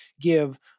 give